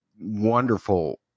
wonderful